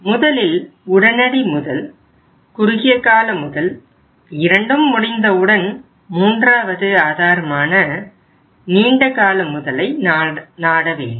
முதலில் உடனடி முதல் குறுகிய கால முதல் இரண்டும் முடிந்தவுடன் மூன்றாவது ஆதாரமான நீண்ட கால முதலை நாட வேண்டும்